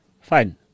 Fine